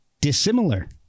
dissimilar